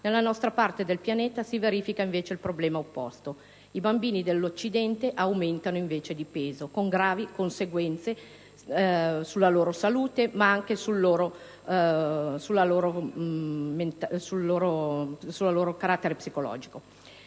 nella nostra parte del pianeta si verifica invece il problema opposto. I bambini dell'Occidente aumentano invece di peso, con gravi conseguenze sulla loro salute ma anche sul loro stato psicologico.